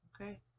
Okay